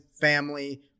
family